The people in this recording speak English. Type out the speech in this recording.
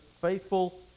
faithful